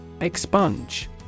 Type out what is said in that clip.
Expunge